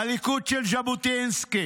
הליכוד של ז'בוטינסקי,